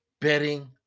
betting